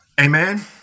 amen